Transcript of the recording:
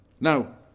Now